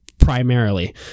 Primarily